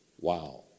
Wow